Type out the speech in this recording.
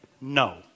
No